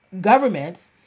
governments